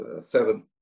seven